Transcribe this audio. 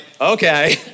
okay